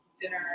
dinner